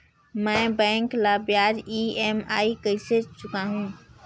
मैं बैंक ला ब्याज ई.एम.आई कइसे चुकाहू?